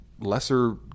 lesser